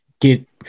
get